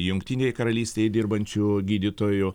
jungtinėj karalystėj dirbančių gydytojų